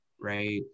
right